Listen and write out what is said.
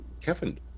Kevin